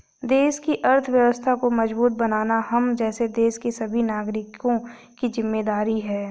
देश की अर्थव्यवस्था को मजबूत बनाना हम जैसे देश के सभी नागरिकों की जिम्मेदारी है